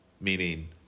Meaning